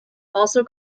also